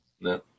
No